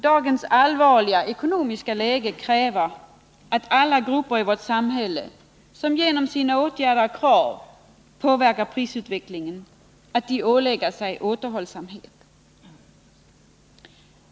Dagens allvarliga ekonomiska läge kräver att alla grupper i vårt samhälle, som genom sina åtgärder och krav påverkar prisutvecklingen, måste ålägga sig återhållsamhet.